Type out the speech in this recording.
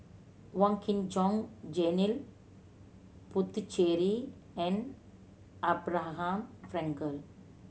Wong Kin Jong Janil Puthucheary and Abraham Frankel